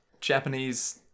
Japanese